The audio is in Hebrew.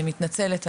אני מתנצלת,